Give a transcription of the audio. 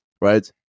Right